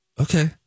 okay